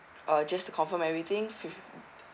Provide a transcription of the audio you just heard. uh just to confirm everything fif~